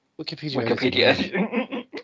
Wikipedia